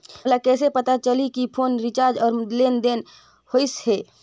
मोला कइसे पता चलही की फोन रिचार्ज और लेनदेन होइस हे?